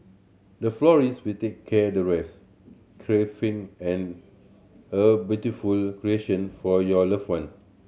the florist will take care the rest a beautiful creation for your loved one